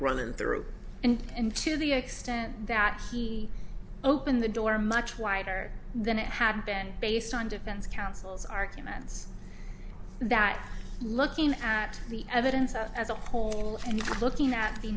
running through and to the extent that he opened the door much wider than it had been based on defense counsel's arguments that looking at the evidence as a whole and looking at the